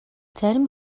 зарим